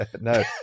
No